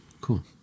Cool